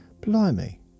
blimey